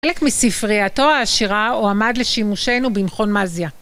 חלק מספריתו העשירה, הועמד לשימושנו במכון מזי"א.